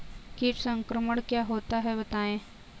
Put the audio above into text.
कीट संक्रमण क्या होता है बताएँ?